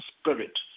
spirit